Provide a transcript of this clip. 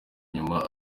nyuma